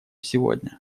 сегодня